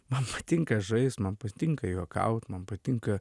man patinka žaist man patinka juokaut man patinka